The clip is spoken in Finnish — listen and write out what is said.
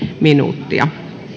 minuuttia